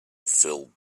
filled